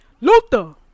Luther